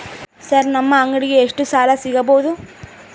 Sir ನಮ್ಮ ಅಂಗಡಿಗೆ ಎಷ್ಟು ಸಾಲ ಸಿಗಬಹುದು?